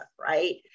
right